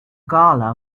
gala